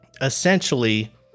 essentially